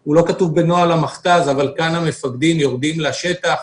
הוא לא כתוב בנוהל המכת"ז אבל כאן המפקדים והשוטרים יורדים לשטח.